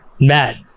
matt